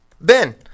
Ben